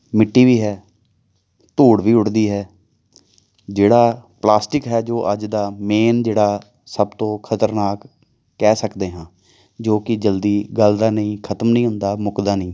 ਮਿੱਟੀ ਵੀ ਹੈ ਧੂੜ ਵੀ ਉੱਡਦੀ ਹੈ ਜਿਹੜਾ ਪਲਾਸਟਿਕ ਹੈ ਜੋ ਅੱਜ ਦਾ ਮੇਨ ਜਿਹੜਾ ਸਭ ਤੋਂ ਖਤਰਨਾਕ ਕਹਿ ਸਕਦੇ ਹਾਂ ਜੋ ਕਿ ਜਲਦੀ ਗੱਲਦਾ ਨਹੀਂ ਖਤਮ ਨਹੀਂ ਹੁੰਦਾ ਮੁੱਕਦਾ ਨਹੀਂ